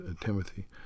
Timothy